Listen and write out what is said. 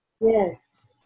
Yes